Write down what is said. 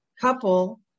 couple